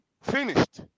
finished